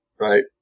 right